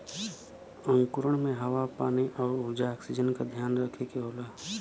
अंकुरण में हवा पानी आउर ऊर्जा ऑक्सीजन का ध्यान रखे के होला